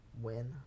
win